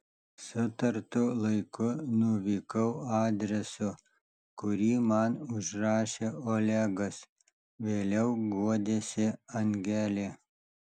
sutartu laiku nuvykau adresu kurį man užrašė olegas vėliau guodėsi angelė